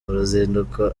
uruzinduko